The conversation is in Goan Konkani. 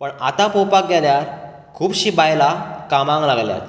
पूण आता पोवपाक गेल्यार खुबशीं बायलां कामांक लागल्यात